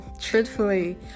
truthfully